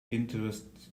interested